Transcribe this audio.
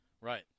right